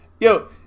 yo